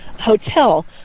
hotel